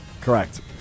correct